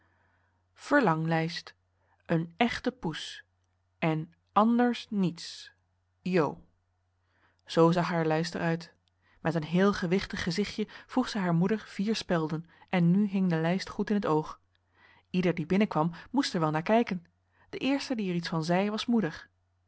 zoo zag haar lijst er uit met een heel gewichtig gezichtje vroeg zij haar moeder vier spelden en nu hing de lijst goed in t oog ieder die binnen kwam moest er wel naar kijken de eerste die er iets van